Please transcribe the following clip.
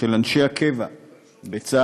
לאנשי הקבע בצה"ל,